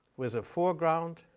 with a foreground,